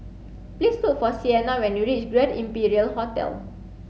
please look for Siena when you reach Grand Imperial Hotel